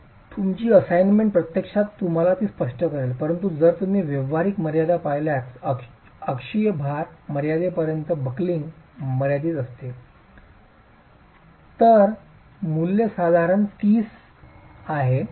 तर तुमची असाइनमेंट प्रत्यक्षात तुम्हाला ती स्पष्ट करेल परंतु जर तुम्ही व्यावहारिक मर्यादा पाहिल्यास अक्षीय भार मर्यादेपर्यंत बॅकलिंग मर्यादित आहे तर मूल्य साधारणत 30 आहे